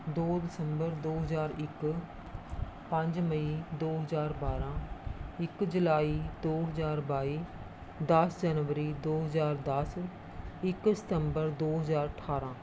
ਦੋ ਦਸੰਬਰ ਦੋ ਹਜ਼ਾਰ ਇੱਕ ਪੰਜ ਮਈ ਦੋ ਹਜ਼ਾਰ ਬਾਰਾਂ ਇੱਕ ਜੁਲਾਈ ਦੋ ਹਜ਼ਾਰ ਬਾਈ ਦਸ ਜਨਵਰੀ ਦੋ ਹਜ਼ਾਰ ਦਸ ਇੱਕ ਸਤੰਬਰ ਦੋ ਹਜ਼ਾਰ ਅਠਾਰਾਂ